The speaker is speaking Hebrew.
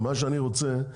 מה שאני רוצה,